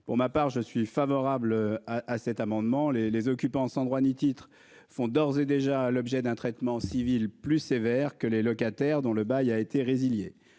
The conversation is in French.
Pour ma part, je suis favorable à cet amendement les les. Occupants sans droit ni titre font d'ores et déjà l'objet d'un traitement civils plus sévères que les locataires dont le bail a été résilié.